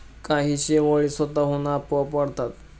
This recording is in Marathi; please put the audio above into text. काही शेवाळी स्वतःहून आपोआप वाढतात